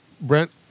Brent